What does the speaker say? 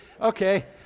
okay